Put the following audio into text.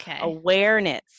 awareness